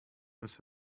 must